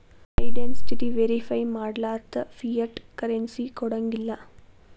identity verify ಮಾಡ್ಲಾರ್ದ fiat currency ಕೊಡಂಗಿಲ್ಲಾ